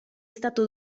stato